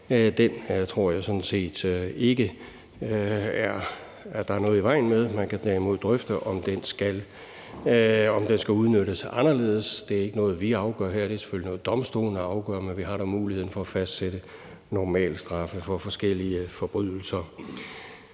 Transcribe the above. jeg sådan set ikke, at der er noget i vejen med den. Man kan derimod drøfte, om den skal udnyttes anderledes. Det er ikke noget, vi afgør her. Det er selvfølgelig noget, domstolene afgør, men vi har dog muligheden for at fastsætte normalstraffe for forskellige forbrydelser.